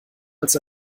als